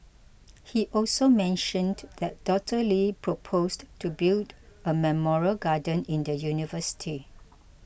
he also mentioned that Doctor Lee proposed to build a memorial garden in the university